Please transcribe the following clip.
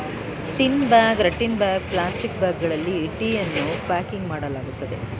tin bag, ರಟ್ಟಿನ bag, plastic ಬ್ಯಾಗ್ಗಳಲ್ಲಿ ಟೀಯನ್ನು ಪ್ಯಾಕಿಂಗ್ ಮಾಡಲಾಗುವುದು